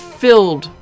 filled